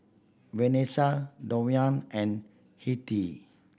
Vanesa Duwayne and Hettie